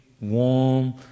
warm